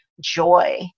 joy